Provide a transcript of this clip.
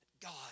God